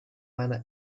meiner